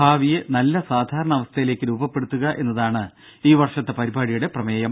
ഭാവിയെ നല്ല സാധാരണ അവസ്ഥയിലേക്ക് രൂപപ്പെടുത്തുക എന്നതാണ് ഈ വർഷത്തെ പരിപാടിയുടെ പ്രമേയം